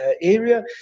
area